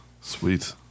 Sweet